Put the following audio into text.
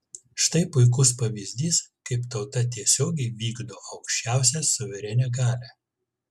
štai puikus pavyzdys kaip tauta tiesiogiai vykdo aukščiausią suverenią galią